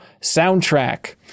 Soundtrack